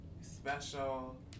special